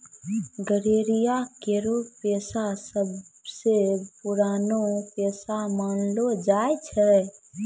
गड़ेरिया केरो पेशा सबसें पुरानो पेशा मानलो जाय छै